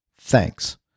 thanks